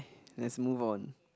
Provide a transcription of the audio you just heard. let's move on